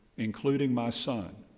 including my son,